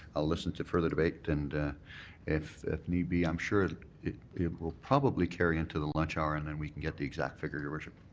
i'll listen to further debate, and if if need be, i'm sure it will probably carry into the lunch hour and then we can get the exact figure, your worship.